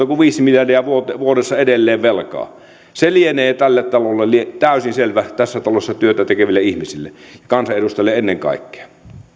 kuin otamme viisi miljardia vuodessa vuodessa edelleen velkaa se lienee tälle talolle täysin selvä tässä talossa työtä tekeville ihmisille kansanedustajille ennen kaikkea